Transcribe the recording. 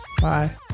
Bye